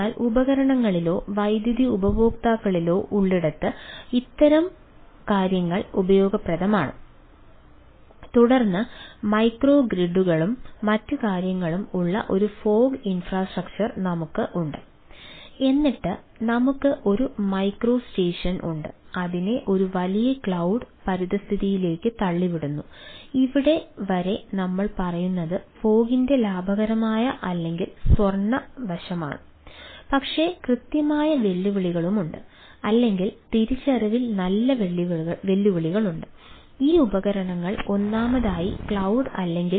അതിനാൽ ഉപകരണങ്ങളിലോ വൈദ്യുതി ഉപഭോക്താക്കളിലോ ഉള്ളിടത്ത് ഇത്തരം കാര്യങ്ങൾ ഉപയോഗപ്രദമാണ് തുടർന്ന് മൈക്രോഗ്രിഡുകളും നമുക്ക് ഉണ്ട് എന്നിട്ട് നമുക്ക് ഒരു മൈക്രോ സ്റ്റേഷൻകൾ പോലെ വിഭവസമൃദ്ധമല്ല